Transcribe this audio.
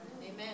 Amen